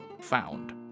found